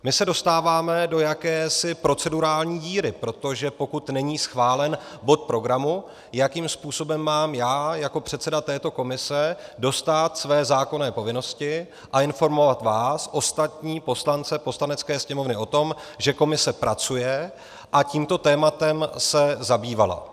My se dostáváme do jakési procedurální díry, protože pokud není schválen bod programu, jakým způsobem mám já jako předseda této komise dostát své zákonné povinnosti a informovat vás ostatní poslance Poslanecké sněmovny o tom, že komise pracuje a tímto tématem se zabývala?